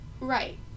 Right